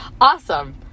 Awesome